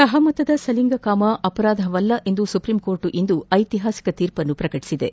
ಸಹಮತದ ಸಲಿಂಗ ಕಾಮ ಅಪರಾಧವಲ್ಲ ಎಂದು ಸುಪ್ರೀಂಕೋರ್ಟ್ ಇಂದು ಐತಿಹಾಸಿಕ ತೀರ್ಪನ್ನು ಪ್ರಕಟಿಸಿದೆ